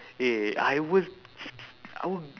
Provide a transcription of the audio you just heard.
eh I will I will